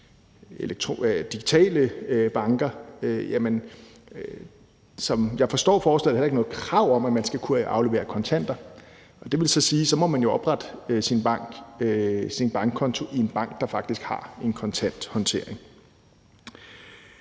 sige, at som jeg forstår forslaget, er der heller ikke noget krav om, at man skal kunne aflevere kontanter, og det vil så sige, at man så må oprette sin bankkonto i en bank, der faktisk kan håndtere